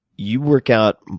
you work out